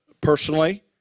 personally